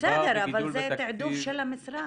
בסדר, אבל זה תעדוף של המשרד.